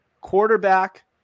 Quarterback